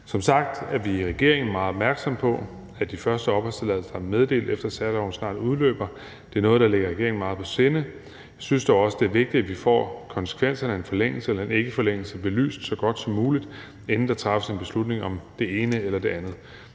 Som sagt er vi i regeringen meget opmærksomme på, at de første opholdstilladelser, der er meddelt efter særloven, snart udløber. Det er noget, der ligger regeringen meget på sinde. Jeg synes dog også, det er vigtigt, at vi får konsekvenserne af en forlængelse eller en ikkeforlængelse belyst så godt som muligt, inden der træffes en beslutning om det ene eller det andet.